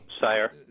Sire